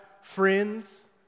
friends